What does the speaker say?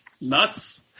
nuts